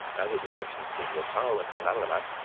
now that the section between rothal and allahabad,